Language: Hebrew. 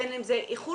בין אם זה איחור,